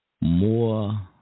more